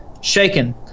Shaken